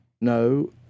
No